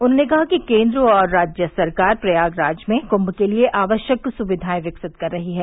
उन्होंने कहा कि केन्द्र और राज्य सरकार द्वारा प्रयागराज में कृंम के लिए आवश्यक सुविधाएं विकसित कर रही है